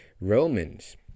Romans